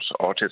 autism